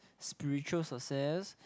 spiritual success